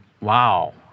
wow